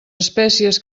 espècies